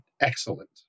excellent